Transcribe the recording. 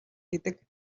гэдэг